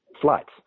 flights